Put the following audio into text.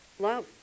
Love